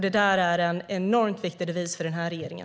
Det är en enormt viktig devis för regeringen.